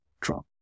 Trump